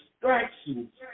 distractions